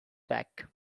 back